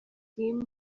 team